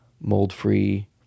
mold-free